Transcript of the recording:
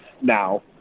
now